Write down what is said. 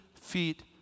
feet